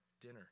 dinner